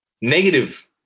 negative